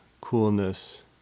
coolness